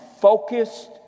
focused